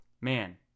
man